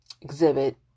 Exhibit